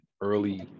early